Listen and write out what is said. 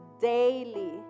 daily